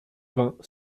vingt